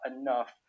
enough